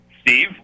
Steve